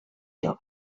jove